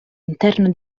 interno